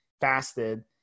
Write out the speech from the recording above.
fasted